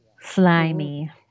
slimy